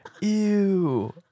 ew